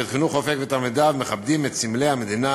בית-חינוך "אופק" ותלמידיו מכבדים את סמלי המדינה